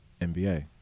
NBA